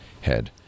head